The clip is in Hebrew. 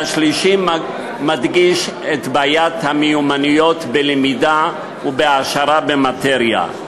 והשלישי מדגיש את בעיית המיומנויות בלמידה ובהעשרה במאטריה.